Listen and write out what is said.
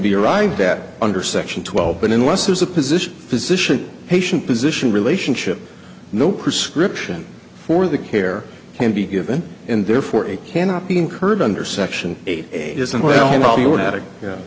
be arrived at under section twelve but unless there's a position physician patient physician relationship no prescription for the care can be given and therefore it cannot be incurred under section eight